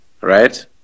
right